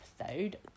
episode